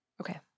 Okay